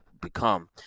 become